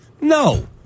No